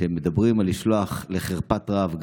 כאשר אומרים לשלוח לחרפת רעב,